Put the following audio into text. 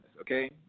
okay